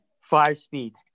five-speed